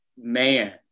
man